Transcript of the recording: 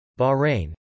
Bahrain